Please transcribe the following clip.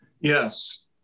Yes